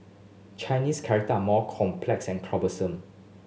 Chinese character are complex and cumbersome